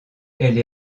elle